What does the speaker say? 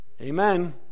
Amen